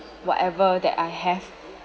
whatever that I have